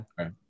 Okay